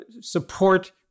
support